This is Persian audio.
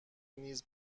نیز